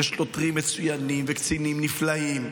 יש שוטרים מצוינים וקצינים נפלאים,